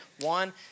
One